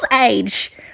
age